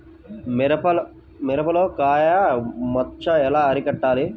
మిరపలో కాయ మచ్చ ఎలా అరికట్టాలి?